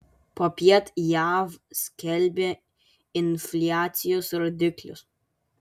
popiet jav skelbia infliacijos rodiklius